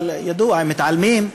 אבל ידוע, הם מתעלמים,